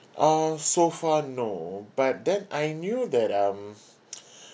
uh so far no but then I knew that um